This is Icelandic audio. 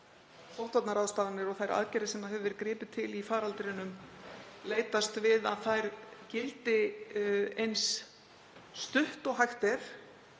sóttvarnaráðstafanir og þær aðgerðir sem hefur verið gripið til í faraldrinum, leitast við að þær gildi eins stutt og hægt er,